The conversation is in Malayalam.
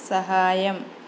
സഹായം